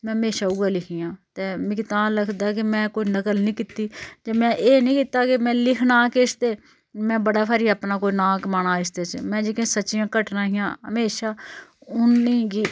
में म्हेशां उ'यै लिखियां ते मिगी तां लगदा कि में कोई नकल नेईं कीती ते में एह् नी कीता कि में लिखना किश ते में बड़ा भारी अपना कोई नां कमाना इसदे च में जेह्कियां सच्चियां घटनां हियां म्हेशां उ'नेंगी